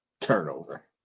Turnover